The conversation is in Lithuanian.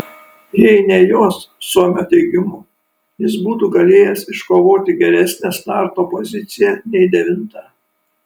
jei ne jos suomio teigimu jis būtų galėjęs iškovoti geresnę starto poziciją nei devinta